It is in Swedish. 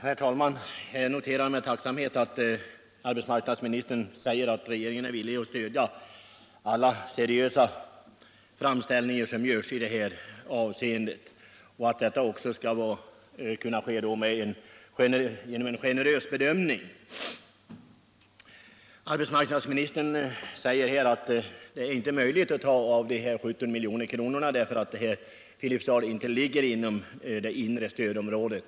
Herr talman! Jag noterar med tacksamhet att arbetsmarknadsministern säger att regeringen är villig att stödja alla seriösa framställningar som görs i det här avseendet och ämnar vara generös i sina bedömningar. Arbetsmarknadsministern säger att det inte är möjligt att ta av de här 17 milj.kr., eftersom Filipstad inte ligger inom det inre stödområdet.